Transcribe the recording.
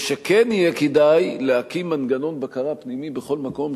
ושכן יהיה כדאי להקים מנגנון בקרה פנימי בכל מקום